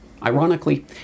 Ironically